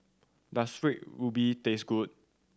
does Red Ruby taste good